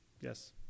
Yes